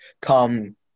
come